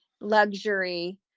luxury